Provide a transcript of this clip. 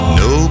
no